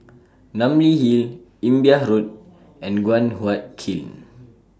Namly Hill Imbiah Road and Guan Huat Kiln